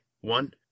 One